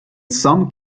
some